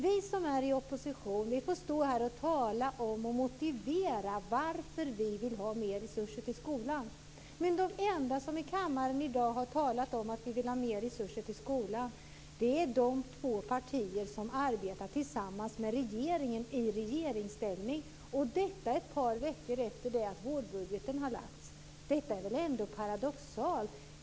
Vi som är i opposition får stå här och motivera varför vi vill ha mer resurser till skolan. De enda som i kammaren i dag har talat om att vi vill ha mer resurser till skolan är de två partier som arbetar tillsammans med regeringen i regeringsställning, och detta ett par veckor efter det att vårbudgeten har lagts. Detta är väl ändå paradoxalt.